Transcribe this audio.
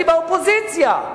הייתי באופוזיציה.